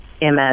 MS